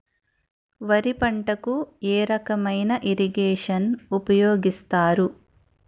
వరి పంటకు ఏ రకమైన ఇరగేషన్ ఉపయోగిస్తారు?